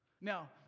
Now